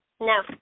No